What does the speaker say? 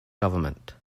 government